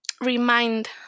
remind